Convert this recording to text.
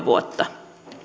vuotta